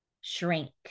shrink